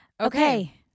okay